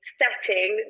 setting